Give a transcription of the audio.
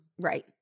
Right